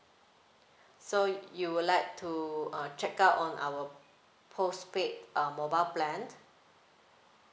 so you would like to uh check out on our postpaid um mobile plan